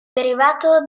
derivato